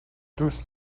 دوست